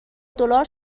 دلار